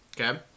Okay